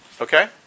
Okay